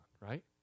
right